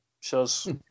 shows